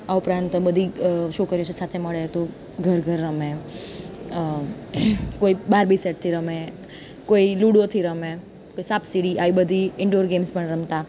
આ ઉપરાંત બધી છોકરીઓ છે સે સાથે મળે તો ઘર ઘર રમે કોઈ બાર્બી સેટથી રમે કોઈ લૂડોથી રમે કોઈ સાપ સીડી આવી બધી ઇન્ડોર ગેમ્સ પણ રમતાં